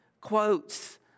quotes